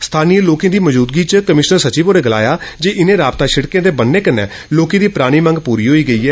स्थानीय लोके दी मौजूदगी च कमीशनर सचिव होरें गलाया जे इनें राबता सिड़के दे बनने कन्नै लोकें दी पुरानी मंग पूरी होई गेई ऐ